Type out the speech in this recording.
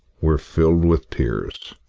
were filled with tears.